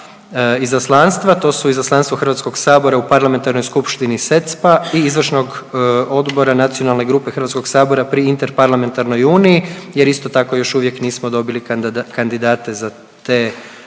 izaslanstva, to su Izaslanstvo HS u Parlamentarnoj skupštini SEECP-a i Izvršnog odbora nacionalne grupe HS pri interparlamentarnoj uniji jer isto tako još uvijek nismo dobili kandidate za te, za